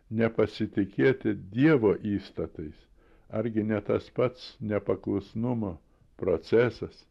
nepasitikėti dievo įstatais argi ne tas pats nepaklusnumo procesas